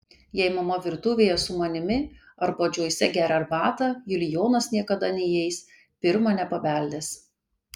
jei mama virtuvėje su manimi arba džoise geria arbatą julijonas niekada neįeis pirma nepabeldęs